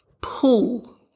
pull